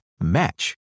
match